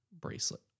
bracelet